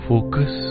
Focus